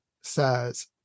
says